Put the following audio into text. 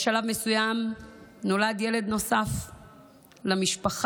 בשלב מסוים נולד ילד נוסף למשפחה.